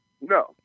No